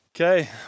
Okay